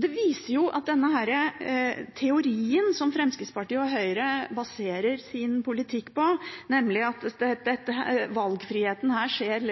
Det viser at teorien som Fremskrittspartiet og Høyre baserer sin politikk på, nemlig at valgfriheten skjer